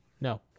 No